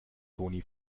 toni